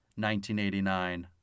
1989